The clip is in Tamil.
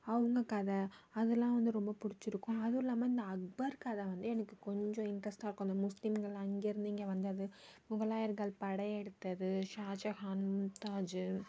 அவங்க கதை அதெலாம் வந்து ரொம்ப பிடிச்சிருக்கும் அதுவும் இல்லாமல் இந்த அக்பர் கதை வந்து எனக்கு கொஞ்சம் இன்ட்ரெஸ்ட்டாக இருக்கும் அந்த முஸ்லீம்கள்லாம் அங்கே இருந்து இங்கே வந்தது மொகலாயர்கள் படையெடுத்தது ஷாஜகான் மும்தாஜ்